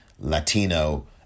Latino